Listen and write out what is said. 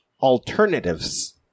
alternatives